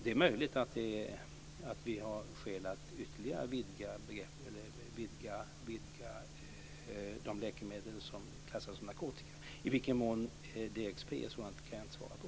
Det är möjligt att vi har skäl att ytterligare vidga när det gäller vilka läkemedel som ska klassas som narkotika. I vad mån DXP är ett sådant läkemedel kan jag inte svara på.